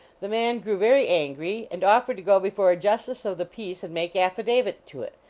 the man grew very angry and offered to go before a justice of the peace and make affidavit to it.